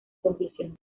conclusión